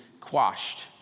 quashed